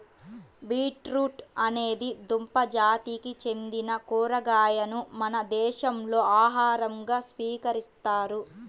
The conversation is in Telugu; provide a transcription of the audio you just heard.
బీట్రూట్ అనేది దుంప జాతికి చెందిన కూరగాయను మన దేశంలో ఆహారంగా స్వీకరిస్తారు